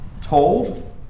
told